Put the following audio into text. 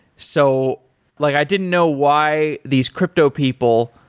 so like i didn't know why these crypto people,